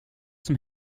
som